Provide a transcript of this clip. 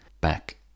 back